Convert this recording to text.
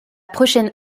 prochaine